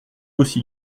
aussi